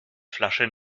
flasche